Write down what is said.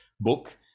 book